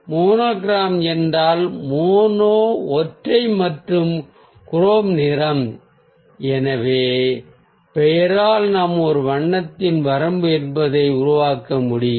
monochrome என்றால் mono ஒற்றை மற்றும் குரோம் நிறம் எனவே பெயரால் நாம் ஒரு வண்ணத்தின் வரம்பு என்பதை உருவாக்க முடியும்